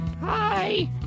Hi